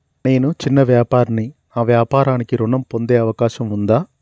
నేను చిన్న వ్యాపారిని నా వ్యాపారానికి ఋణం పొందే అవకాశం ఉందా?